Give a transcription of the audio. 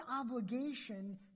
obligation